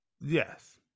Yes